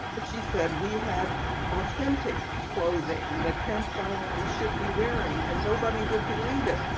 but she said we had authentic clothing that camp followers should be wearing and nobody would believe it.